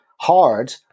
hard